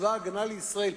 צבא-הגנה לישראל,